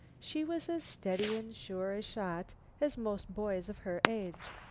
she was as steady and sure a shot as most boys of her age.